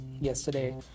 yesterday